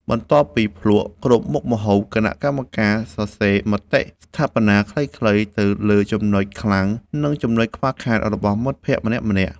បន្ទាប់ពីភ្លក្សគ្រប់មុខម្ហូប គណៈកម្មការសរសេរមតិស្ថាបនាខ្លីៗទៅលើចំណុចខ្លាំង និងចំណុចខ្វះខាតរបស់មិត្តភក្តិម្នាក់ៗ។